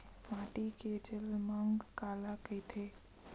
माटी के जलमांग काला कइथे?